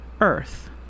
Earth